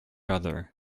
other